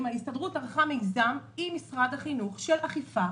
ההסתדרות ערכה מיזם עם משרד החינוך של אכיפה.